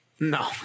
No